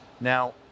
Now